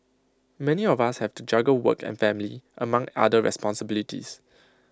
many of us have to juggle work and family among other responsibilities